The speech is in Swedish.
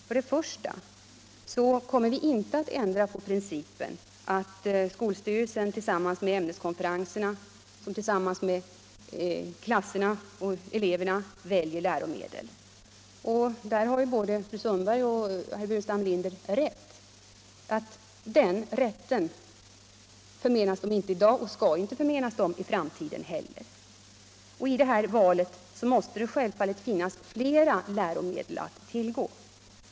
För det första kommer vi inte att ändra på principen att skolstyrelserna tillsammans med ämneskonferenserna och tillsammans med klasserna och eleverna väljer läromedlen. Det är riktigt, som både fru Sundberg och herr Burenstam Linder säger, att den rätten inte förmenas dessa parter i dag och inte skall förmenas dem i framtiden heller. I detta val måste det självfallet finnas flera läromedel att tillgå.